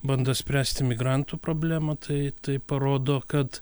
bando spręsti migrantų problemą tai tai parodo kad